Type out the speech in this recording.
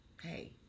hey